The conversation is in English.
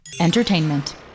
Entertainment